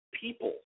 people